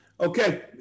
Okay